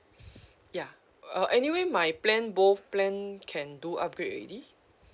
ya uh anyway my plan both plan can do upgrade already